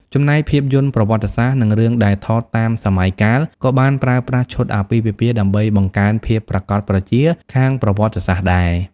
ចំណែកភាពយន្តប្រវត្តិសាស្ត្រ និងរឿងដែលថតតាមសម័យកាល ក៏បានប្រើប្រាស់ឈុតអាពាហ៍ពិពាហ៍ដើម្បីបង្កើន ភាពប្រាកដប្រជាខាងប្រវត្តិសាស្ត្រដែរ។